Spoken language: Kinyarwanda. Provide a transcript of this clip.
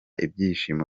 ibyishimo